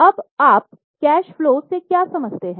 अब आप cash flow से क्या समझते हैं